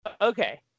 Okay